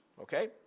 Okay